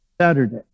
Saturday